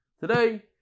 Today